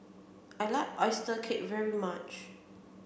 I like oyster cake very much